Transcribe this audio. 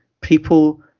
people